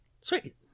Sweet